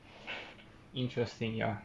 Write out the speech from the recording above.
interesting ya